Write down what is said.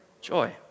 joy